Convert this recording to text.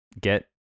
Get